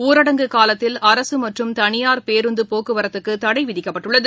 ஊரடங்கு காலத்தில் அரசுமற்றும் தனியார் பேருந்தபோக்குவரத்துக்குதடைவிதிக்கப்பட்டுள்ளது